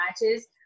matches